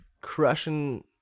crushing